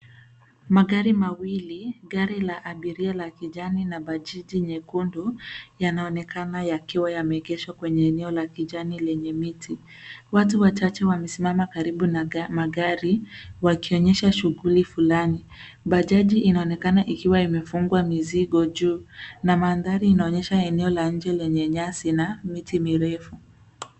Magari mawili, gari la abiria la kijani na bajaji nyekundu, yanaonekana yakiwa yameegeshwa kwenye eneo la kijani lenye miti. Watu wachache wamesimama karibu na magari wakionyesha shughuli fulani. Bajaji inaonekana ikiwa imefungwa mizigo juu na mandhari inaonyesha eneo la nje lenye nyasi na miti mirefu.